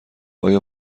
آیا